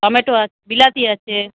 tomato আছে বিলাতি আছে